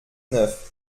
neuf